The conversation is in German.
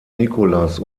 nicolas